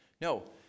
No